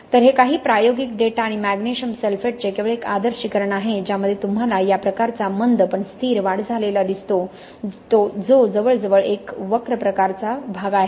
तर हे काही प्रायोगिक डेटा आणि मॅग्नेशियम सल्फेटचे केवळ एक आदर्शीकरण आहे ज्यामध्ये तुम्हाला या प्रकारचा मंद पण स्थिर वाढ झालेला दिसतो जो जवळजवळ एक वक्र प्रकारचा वर्तन आहे